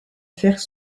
faire